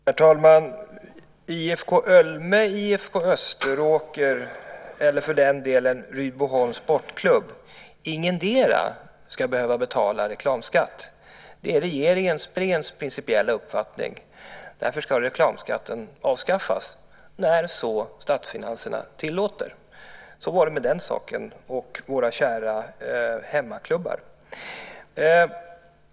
Herr talman! Ingendera av IFK Ölme, IFK Österåker eller för den delen Rydboholms Sportklubb ska behöva betala reklamskatt. Det är regeringens principiella uppfattning. Därför ska reklamskatten avskaffas när statsfinanserna så tillåter. Så var det med den saken och våra kära hemmaklubbar.